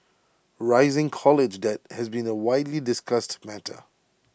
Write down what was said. rising college debt has been A widely discussed matter